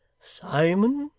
simon,